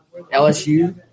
LSU –